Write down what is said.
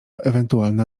ewentualna